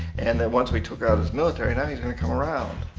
and that once we took ah this military, now he's gonna come around.